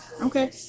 Okay